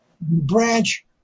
branch